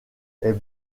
est